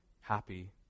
happy